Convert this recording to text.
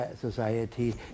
society